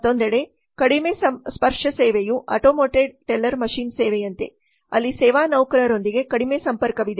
ಮತ್ತೊಂದೆಡೆ ಕಡಿಮೆ ಸ್ಪರ್ಶ ಸೇವೆಯು ಆಟೋಮೇಟೆಡ್ ಟೆಲ್ಲರ್ಮಷೀನ್ ಸೇವೆಯಂತೆ ಅಲ್ಲಿ ಸೇವಾ ನೌಕರರೊಂದಿಗೆ ಕಡಿಮೆ ಸಂಪರ್ಕವಿದೆ